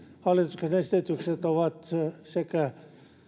hallituksen esitykset ovat sekä